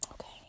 Okay